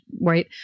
right